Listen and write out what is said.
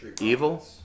Evil